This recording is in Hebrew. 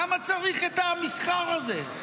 למה צריך את המסחר הזה?